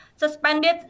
Suspended